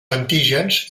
antígens